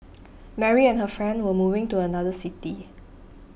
Mary and her family were moving to another city